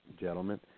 gentlemen